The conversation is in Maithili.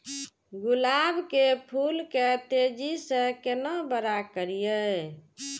गुलाब के फूल के तेजी से केना बड़ा करिए?